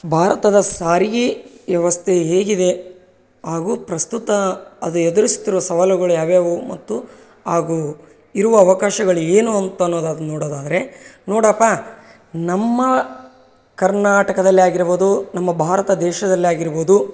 ಭಾರತದ ಸಾರಿಗೆ ವ್ಯವಸ್ತೆ ಹೇಗಿದೆ ಹಾಗು ಪ್ರಸ್ತುತ ಅದು ಎದುರಿಸುತ್ತಿರುವ ಸವಾಲುಗಳು ಯಾವುಯಾವು ಮತ್ತು ಹಾಗು ಇರುವ ಅವಕಾಶಗಳು ಏನು ಅಂತ ಅನ್ನೋದದ್ ನೊಡೊದಾದರೆ ನೋಡಪ್ಪ ನಮ್ಮ ಕರ್ನಾಟಕದಲ್ಲೆ ಆಗಿರ್ಬೋದು ನಮ್ಮ ಭಾರತ ದೇಶದಲ್ಲೆ ಆಗಿರ್ಬೋದು